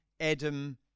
Adam